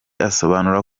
asobanura